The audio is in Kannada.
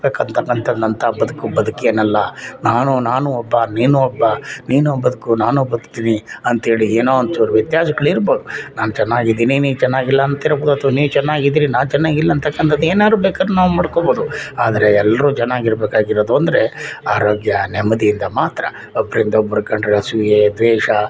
ಬೇಕಂತಕ್ಕಂಥ ಅಂಥತ ಬದುಕು ಬದುಕೇನಲ್ಲ ನಾನು ನಾನು ಒಬ್ಬ ನೀನು ಒಬ್ಬ ನೀನು ಬದುಕು ನಾನೂ ಬದುಕ್ತೀನಿ ಅಂಥೇಳಿ ಏನೋ ಒಂಚೂರು ವ್ಯತ್ಯಾಸಗಳು ಇರ್ಬೋದು ನಾನು ಚೆನ್ನಾಗಿದ್ದೀನಿ ನೀನು ಚೆನ್ನಾಗಿಲ್ಲ ಅಂತಿರ್ಬೋದು ಹೊರ್ತು ನೀನು ಚೆನ್ನಾಗಿದ್ರೆ ನಾನು ಚೆನ್ನಾಗಿಲ್ಲ ಅಂತಕ್ಕಂಥದ್ದು ಏನಾದ್ರೂ ಬೇಕಾದ್ರೂ ನಾವು ಮಾಡ್ಕೊಳ್ಬೋದು ಆದರೆ ಎಲ್ರೂ ಚನ್ನಾಗಿರ್ಬೇಕಾಗಿರೋದು ಅಂದರೆ ಆರೋಗ್ಯ ನೆಮ್ಮದಿಯಿಂದ ಮಾತ್ರ ಒಬ್ಬರಿಂದ ಒಬ್ರಿಗೆ ಕಂಡರೆ ಅಸೂಯೆ ದ್ವೇಷ